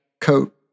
coat